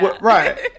Right